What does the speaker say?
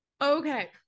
Okay